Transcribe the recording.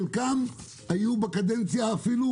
חלקם היו אפילו כבר בקדנציה שלך.